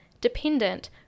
dependent